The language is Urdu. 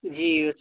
جی